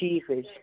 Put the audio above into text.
ٹھیٖک حظ چھُ